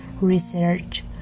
research